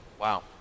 Wow